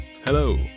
Hello